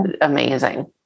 amazing